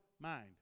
mind